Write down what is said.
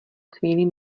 chvíli